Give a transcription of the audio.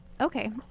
Okay